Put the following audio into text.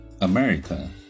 America